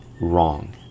wrong